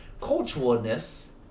Culturalness